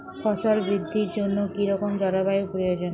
ফসল বৃদ্ধির জন্য কী রকম জলবায়ু প্রয়োজন?